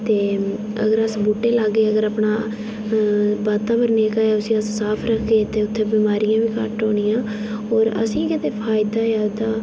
ते अगर अस बूह्टे लागे अगर अस अपना वातावरण जेह्का उसी अस साफ रखगे ते उत्थै बमारियां बी घट्ट होनियां होर असेंगी गै ते फायदा ऐ एह्दा